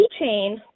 keychain